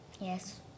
Yes